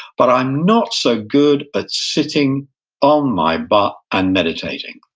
but i'm not so good at sitting on my butt and meditating.